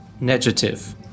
negative